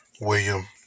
William